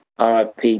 RIP